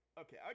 Okay